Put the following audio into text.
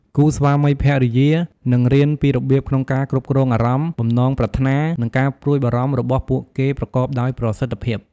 គូស្វាមីភរិយា នឹងរៀនពីរបៀបក្នុងការគ្រប់គ្រងអារម្មណ៍ បំណងប្រាថ្នា និងការព្រួយបារម្ភរបស់ពួកគេប្រកបដោយប្រសិទ្ធភាព។